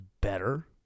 better